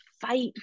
fight